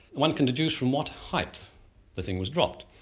one can deduce from what height the thing was dropped.